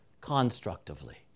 constructively